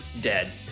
dead